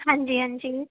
ਹਾਂਜੀ ਹਾਂਜੀ